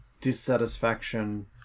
dissatisfaction